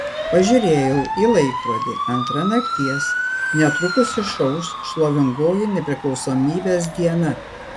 pažiūrėjau į laikrodį antra nakties netrukus išauš šlovingoji nepriklausomybės diena